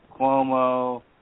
Cuomo